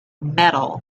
metal